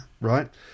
right